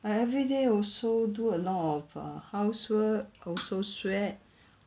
I everyday also do a lot of err housework also sweat